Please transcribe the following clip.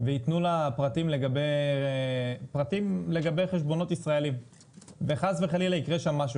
ויתנו לה פרטים לגבי חשבונות בנק ישראלים וחס וחלילה יקרה שם משהו,